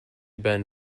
been